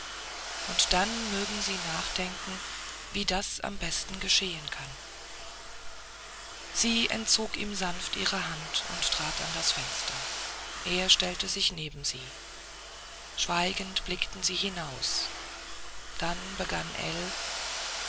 und dann mögen sie nachdenken wie das am besten geschehen kann sie entzog ihm sanft ihre hand und trat an das fenster er stellte sich neben sie schweigend blickten sie hinaus dann begann